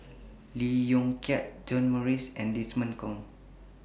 Lee Yong Kiat John Morrice and Desmond Kon